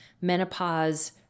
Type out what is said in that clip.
menopause